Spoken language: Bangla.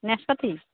নাশপাতি